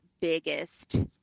biggest